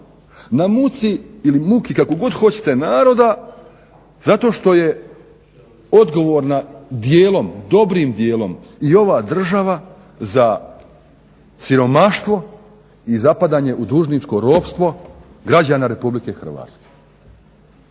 na muci ili muki kako god hoćete naroda zato što je odgovorna dijelom, dobrim dijelom, i ova država za siromaštvo i zapadanje u dužničko ropstvo građana RH.